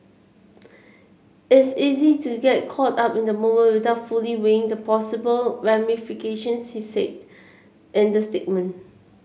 is easy to get caught up in the moment without fully weighing the possible ramifications he said in the statement